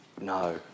No